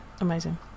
amazing